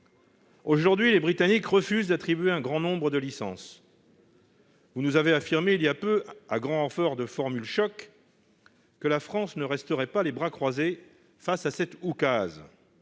Toutefois, les Britanniques refusent aujourd'hui d'attribuer un grand nombre de licences. Vous nous avez affirmé il y a peu, à grand renfort de formules chocs, que la France ne resterait pas les bras croisés face à cet oukase.